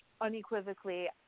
unequivocally